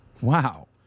Wow